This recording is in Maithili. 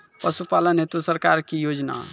पशुपालन हेतु सरकार की योजना?